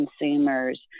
consumers